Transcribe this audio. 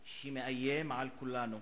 שמאיים על כולנו,